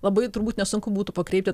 labai turbūt nesunku būtų pakreipti